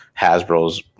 Hasbro's